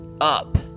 up